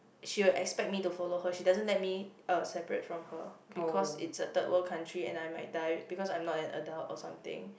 she will expect me to follow her she doesn't let me uh separate from her because it's a third world country and I might die because I'm like not an adult or something